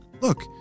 Look